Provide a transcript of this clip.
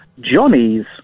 Johnny's